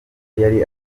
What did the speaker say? yari